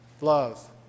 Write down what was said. Love